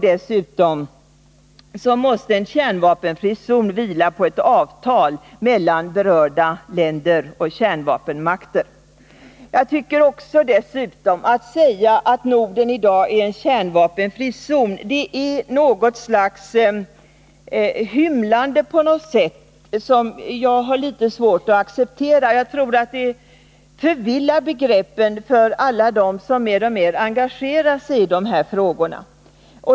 Dessutom måste en kärnvapenfri zon vila på ett avtal mellan berörda länder och kärnvapenmakter. Att säga att Norden i dag är en kärnvapenfri zon är ett slags hymlande som jag har litet svårt att acceptera. Jag tror att det förvillar begreppen för alla dem som mer och mer engagerar sig i dessa frågor.